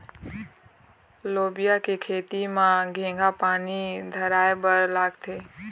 लोबिया के खेती म केघा पानी धराएबर लागथे?